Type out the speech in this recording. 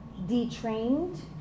detrained